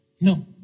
No